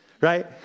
Right